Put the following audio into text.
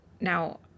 Now